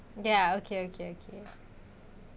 ya okay okay okay